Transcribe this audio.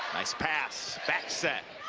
nice pass. back set.